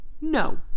No